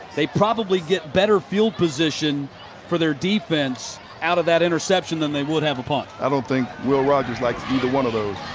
they probably get better field position for their defense out of that interception than they would have a punt. i don't think will rogers liked either one of those.